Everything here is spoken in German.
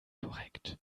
korrekt